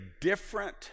different